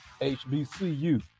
HBCU